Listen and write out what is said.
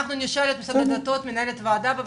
אנחנו נשאל את משרד הדתות את הדברים האלה.